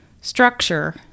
structure